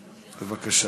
בבקשה.